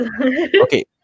Okay